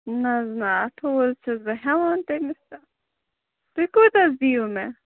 نہَ حظ نہَ اَٹھووُہ حظ چھَس بہٕ ہٮ۪وان تٔمِس تہٕ تُہی کوٗت حظ دِیو مےٚ